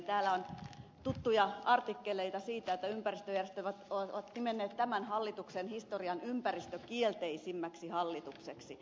täällä on tuttuja artikkeleita siitä että ympäristöjärjestöt ovat nimenneet tämän hallituksen historian ympäristökielteisimmäksi hallitukseksi